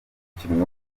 umukinnyi